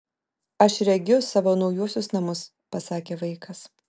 aš regiu savo naujuosius namus pasakė vaikas